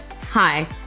Hi